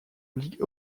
ligue